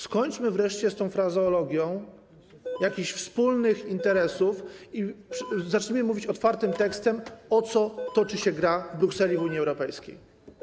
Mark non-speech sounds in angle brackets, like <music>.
Skończmy wreszcie z tą frazeologią <noise> jakichś wspólnych interesów i zacznijmy mówić otwartym tekstem, o co toczy się gra w Brukseli, w Unii Europejskiej.